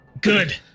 good